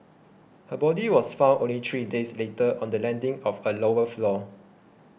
her body was found only three days later on the landing of a lower floor